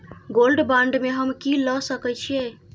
Gold bond में हम की ल सकै छियै?